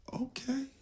Okay